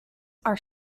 are